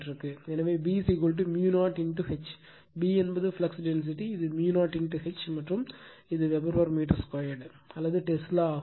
எனவே B 0 H B என்பது flux density இது 0 H மற்றும் இது வெபர் மீட்டர் 2 க்கு அல்லது டெஸ்லா ஆகும்